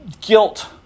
guilt